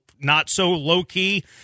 not-so-low-key